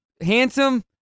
handsome